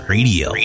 Radio